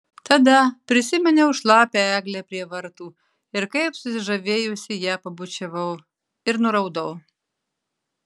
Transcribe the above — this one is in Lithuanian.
tada prisiminiau šlapią eglę prie vartų ir kaip susižavėjusi ją pabučiavau ir nuraudau